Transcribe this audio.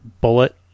Bullet